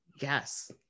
Yes